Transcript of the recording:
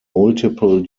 multiple